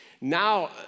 Now